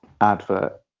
advert